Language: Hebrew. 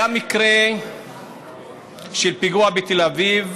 היה מקרה של פיגוע בתל אביב